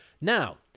now